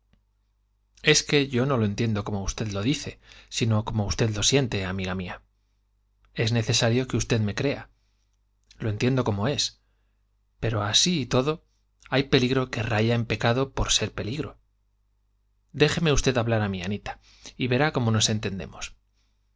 es que yo no lo entiendo como usted lo dice sino como usted lo siente amiga mía es necesario que usted me crea lo entiendo como es pero así y todo hay peligro que raya en pecado por ser peligro déjeme usted hablar a mí anita y verá como nos entendemos